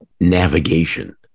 navigation